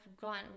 gone